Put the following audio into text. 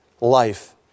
life